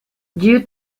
due